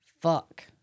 Fuck